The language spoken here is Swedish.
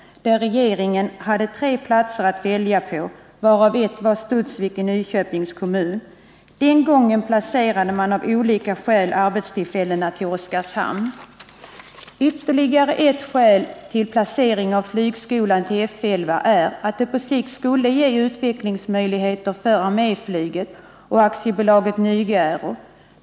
Regeringen hade tre platser att välja på, varav en var Studsvik i Nyköpings kommun. Den gången placerade man av olika skäl arbetstillfällena i Oskarshamn. Ytterligare ett skäl till placering av flygskolan vid F 11 är att det på sikt skulle ge utvecklingsmöjligheter för arméflyget och AB Nyge Aero.